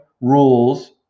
rules